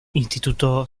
instituto